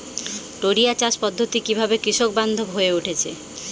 টোরিয়া চাষ পদ্ধতি কিভাবে কৃষকবান্ধব হয়ে উঠেছে?